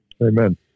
Amen